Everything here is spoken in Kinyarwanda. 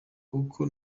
kuko